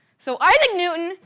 so, isaac newton,